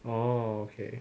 oh okay